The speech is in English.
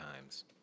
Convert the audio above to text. times